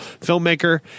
filmmaker